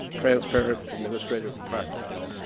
transparent administrative practices.